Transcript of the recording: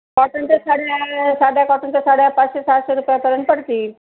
कॉटनच्या साड्या साध्या कॉटनच्या साड्या पाचशे सहाशे रुपयापर्यंत पडतील